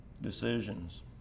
Decisions